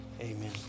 Amen